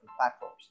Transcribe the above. platforms